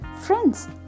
Friends